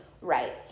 Right